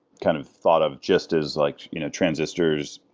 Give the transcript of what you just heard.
kind of thought of just as like you know transistors,